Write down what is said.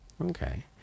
Okay